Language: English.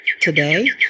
today